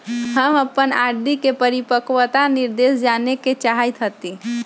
हम अपन आर.डी के परिपक्वता निर्देश जाने के चाहईत हती